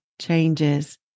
changes